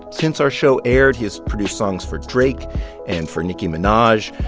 since our show aired, he has produced songs for drake and for nicki minaj.